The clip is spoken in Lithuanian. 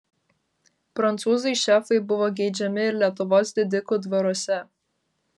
prancūzai šefai buvo geidžiami ir lietuvos didikų dvaruose